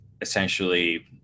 essentially